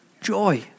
joy